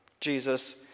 Jesus